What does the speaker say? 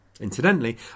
Incidentally